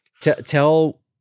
Tell